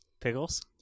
Pickles